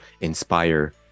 inspire